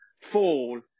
fall